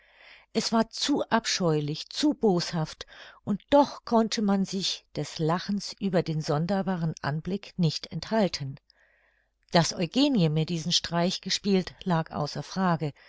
es war zu abscheulich zu boshaft und doch konnte man sich des lachens über den sonderbaren anblick nicht enthalten daß eugenie mir diesen streich gespielt lag außer frage